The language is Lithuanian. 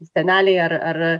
seneliai ar ar